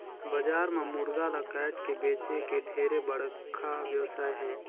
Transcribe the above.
बजार म मुरगा ल कायट के बेंचे के ढेरे बड़खा बेवसाय हे